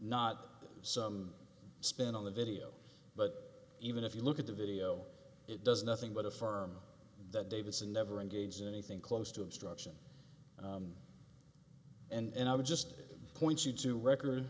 not some spin on the video but even if you look at the video it does nothing but affirm that davidson never engaged in anything close to obstruction and i would just point you to record